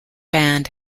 band